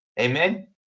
Amen